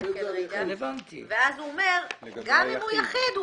אז הוא אומר שגם אם הוא יחיד,